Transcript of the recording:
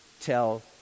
tell